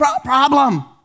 Problem